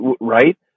Right